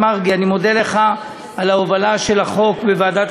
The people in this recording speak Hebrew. מרגי על ההובלה של החוק החשוב הזה בוועדת